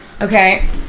Okay